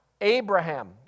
Abraham